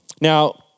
Now